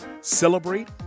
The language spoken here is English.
celebrate